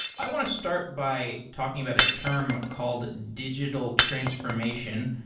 i want to start by talking about a term called digital transformation,